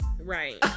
Right